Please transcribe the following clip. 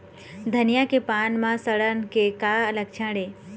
धनिया के पान म सड़न के का लक्षण ये?